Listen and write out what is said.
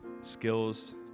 skills